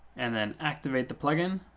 and then activate the plugin.